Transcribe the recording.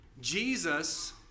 Jesus